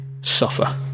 suffer